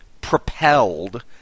propelled